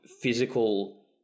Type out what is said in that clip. physical